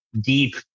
deep